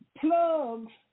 plugs